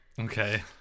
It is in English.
Okay